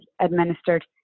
administered